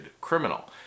criminal